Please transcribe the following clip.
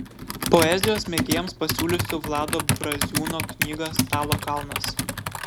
poezijos mėgėjams pasiūlysiu vlado braziūno knygą stalo kalnas